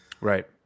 right